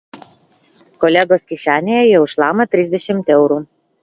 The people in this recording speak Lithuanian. kolegos kišenėje jau šlama trisdešimt eurų